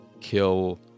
kill